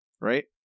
right